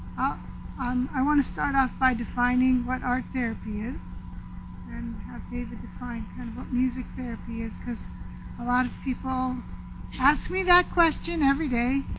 ah um i want to start off by defining what art therapy is and have david define kind of what music therapy is cause a lot of people ask me that question every day.